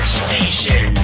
station